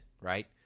right